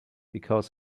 because